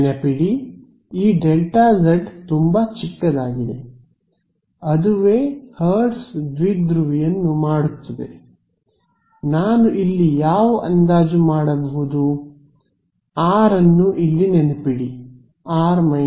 ನೆನಪಿಡಿ ಈ Δz ತುಂಬಾ ಚಿಕ್ಕದಾಗಿದೆ ಅದುವೇ ಹರ್ಟ್ಜ್ ದ್ವಿಧ್ರುವಿಯನ್ನು ಮಾಡುತ್ತದೆ ನಾನು ಇಲ್ಲಿ ಯಾವ ಅಂದಾಜು ಮಾಡಬಹುದು R ಅನ್ನು ಇಲ್ಲಿ ನೆನಪಿಡಿ | r r ′|